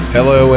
Hello